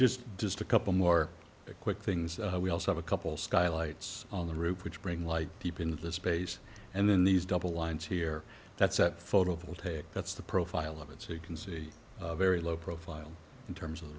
just just a couple more quick things we also have a couple skylights on the roof which bring like deep in this space and then these double lines here that's at photovoltaic that's the profile of it so you can see a very low profile in terms of